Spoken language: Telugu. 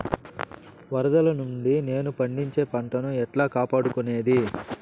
వరదలు నుండి నేను పండించే పంట ను ఎట్లా కాపాడుకునేది?